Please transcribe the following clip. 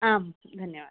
आम् धन्यवादः